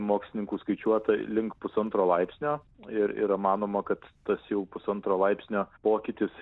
mokslininkų skaičiuota link pusantro laipsnio ir yra manoma kad tas jau pusantro laipsnio pokytis